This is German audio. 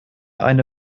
eine